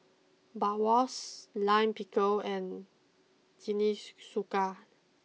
Bratwurst Lime Pickle and